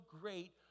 great